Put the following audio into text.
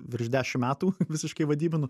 virš dešim metų visiškai vadybiniu